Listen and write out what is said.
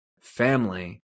family